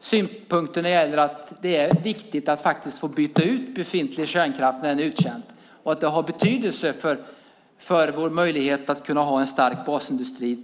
synpunkter - att det faktiskt är viktigt att få byta ut befintlig kärnkraft när denna är uttjänt och att det har betydelse för våra möjligheter att i framtiden ha en stark basindustri.